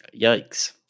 Yikes